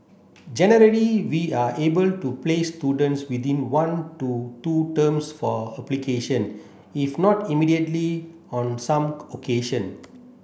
generally we are able to place students within one to two terms for application if not immediately on some occasion